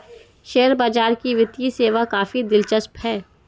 share बाजार की वित्तीय सेवा काफी दिलचस्प है